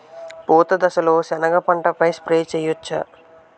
పూత దశలో సెనగ పంటపై స్ప్రే చేయచ్చా?